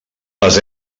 les